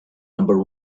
number